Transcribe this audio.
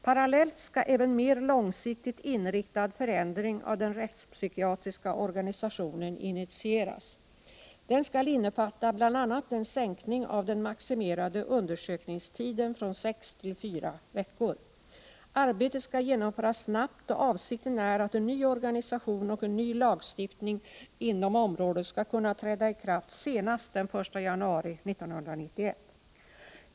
Parallellt skall även mer långsiktigt inriktad förändring av den rättspsykiatriska organisationen initieras. Den skall innefatta bl.a. en sänkning av den maximerade undersökningstiden från sex till fyra veckor. Arbetet skall genomföras snabbt och avsikten är att en ny organisation och en ny lagstiftning inom området skall kunna träda i kraft senast den 1 januari 1991.